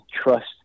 trust